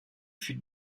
fut